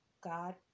God